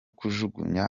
kujugunya